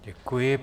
Děkuji.